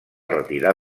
retirar